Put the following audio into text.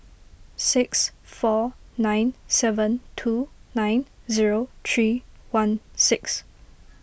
six four nine seven two nine zero three one six